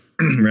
right